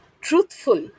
truthful